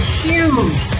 huge